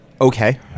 okay